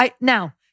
Now